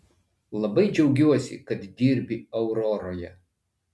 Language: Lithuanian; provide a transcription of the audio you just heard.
labai džiaugiuosi kad dirbi auroroje